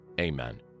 Amen